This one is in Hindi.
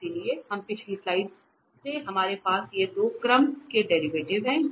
इसलिए हम पिछली स्लाइड से हमारे पास ये दो पहले क्रम के डेरिवेटिव हैं और